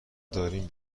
داریم